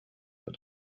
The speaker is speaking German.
für